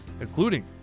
including